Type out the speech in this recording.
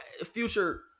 Future